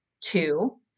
Two